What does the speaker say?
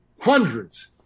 hundreds